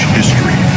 history